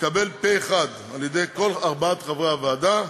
תתקבל פה-אחד, על-ידי כל ארבעת חברי הוועדה,